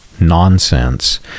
nonsense